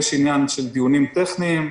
יש עניין של דיונים טכניים,